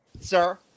sir